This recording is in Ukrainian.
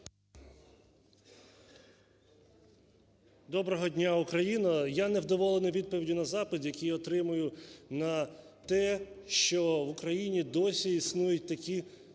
Доброго дня, Україна. Я не вдоволений відповіддю на запит, який отримав на те, що в Україні досі існують такі